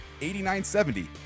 8970